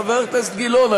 חבר הכנסת גילאון,